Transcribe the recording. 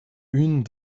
une